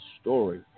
story